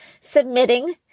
submitting